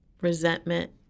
resentment